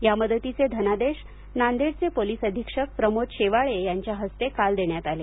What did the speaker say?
या मदतीचे धनादेश नांदेडचे पोलिस अधीक्षक प्रमोद शेवाळे यांच्या हस्ते काल देण्यात आले